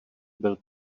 byl